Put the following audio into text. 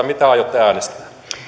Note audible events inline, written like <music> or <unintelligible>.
<unintelligible> mitä aiotte äänestää